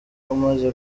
umaze